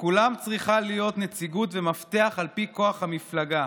לכולם צריכה להיות נציגות ומפתח על פי כוח המפלגה.